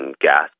gas